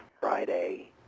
friday